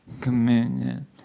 communion